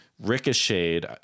ricocheted